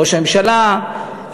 ראש הממשלה,